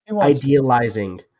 idealizing